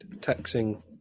taxing